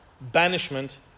banishment